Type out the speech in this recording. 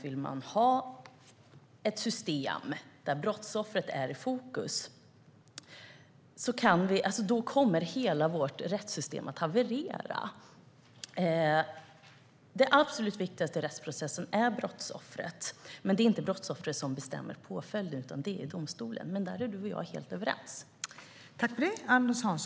Vill man ha ett system där brottsoffret är i fokus kommer hela rättssystemet att haverera. Det absolut viktigaste i rättsprocessen är brottsoffret. Men det är inte brottsoffret som bestämmer påföljden, utan det gör domstolen. Där är du och jag helt överens.